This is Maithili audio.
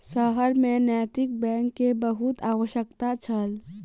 शहर में नैतिक बैंक के बहुत आवश्यकता छल